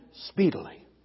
speedily